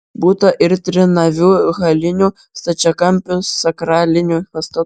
būta ir trinavių halinių stačiakampių sakralinių pastatų